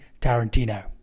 Tarantino